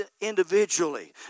individually